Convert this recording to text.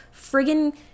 friggin